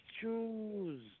choose